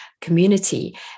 community